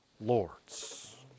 lords